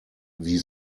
wie